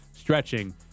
stretching